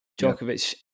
Djokovic